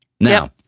Now